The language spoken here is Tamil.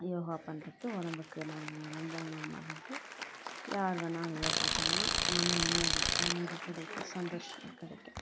யோகா பண்ணுறது உடம்புக்கு நல்லது ரொம்ப ரொம்ப நா நல்லது யார் வேணாலும் யோகா பண்ணலாம் மன நிம்மதி அமைதி கிடைக்கும் சந்தோஷமும் கிடைக்கும்